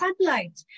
sunlight